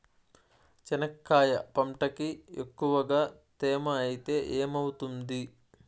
చెనక్కాయ పంటకి ఎక్కువగా తేమ ఐతే ఏమవుతుంది?